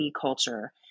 culture